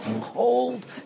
cold